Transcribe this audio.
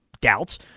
doubts